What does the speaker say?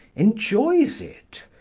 enjoys it.